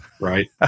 Right